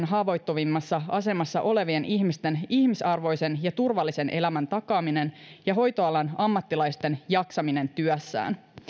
haavoittuvimmassa asemassa olevien ihmisten ihmisarvoisen ja turvallisen elämän takaaminen ja hoitoalan ammattilaisten jaksaminen työssään